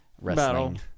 wrestling